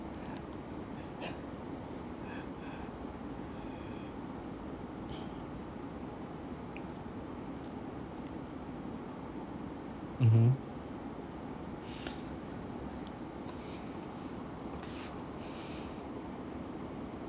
mmhmm